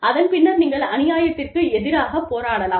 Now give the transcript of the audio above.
அதன் பின்னர் நீங்கள் அநியாயத்திற்கு எதிராக போராடலாம்